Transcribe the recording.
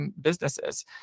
businesses